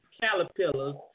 caterpillars